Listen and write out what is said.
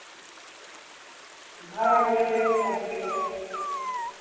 ہاں لے لیں گے منتھلی پر